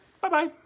Bye-bye